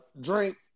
drink